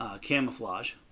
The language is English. camouflage